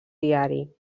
diari